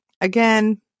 again